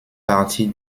partie